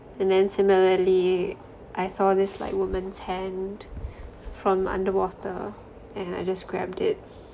and then similarly I saw this like woman's hand from underwater and I just grabbed it